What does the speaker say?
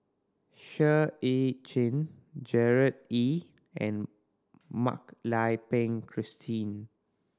Seah Eu Chin Gerard Ee and Mak Lai Peng Christine